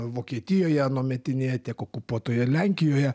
vokietijoje anuometinėje tiek okupuotoje lenkijoje